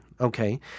okay